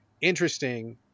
interesting